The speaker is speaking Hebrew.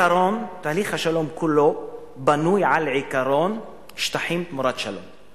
תהליך השלום כולו בנוי על עיקרון של שטחים תמורת שלום.